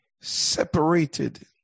separated